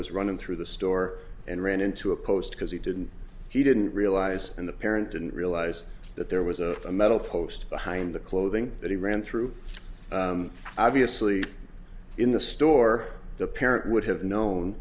was running through the store and ran into a post because he didn't he didn't realize and the parents didn't realize that there was a a metal post behind the clothing that he ran through obviously in the store the parent would have known